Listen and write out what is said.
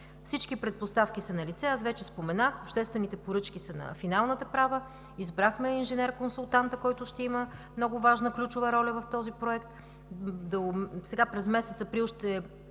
Всички предпоставки са налице – аз вече споменах, обществените поръчки са на финалната права, избрахме инженер-консултанта, който ще има много важна ключова роля в този проект, сега, през месец април, ще